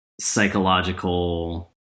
psychological